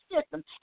system